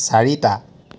চাৰিটা